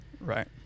right